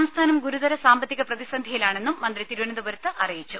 സംസ്ഥാനം ഗുരുതര സാമ്പത്തിക പ്രതിസന്ധിയിലാണെന്നും മന്ത്രി തിരുവനന്തപുരത്ത് അറിയിച്ചു